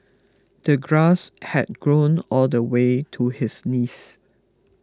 the grass had grown all the way to his knees